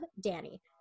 Danny